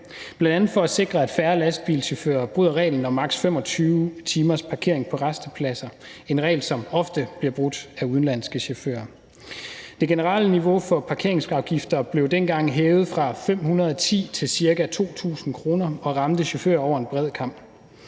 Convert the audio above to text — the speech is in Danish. bl.a. at sikre, at færre lastbilchauffører bryder reglen om maks. 25 timers parkering på rastepladser, en regel, som ofte bliver brudt af udenlandske chauffører. Det generelle niveau for parkeringsafgifter blev dengang hævet fra 510 kr. til ca. 2.000 kr. og ramte chauffører over en bred kam.